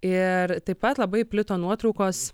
ir taip pat labai plito nuotraukos